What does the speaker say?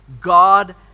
God